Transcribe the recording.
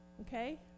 Okay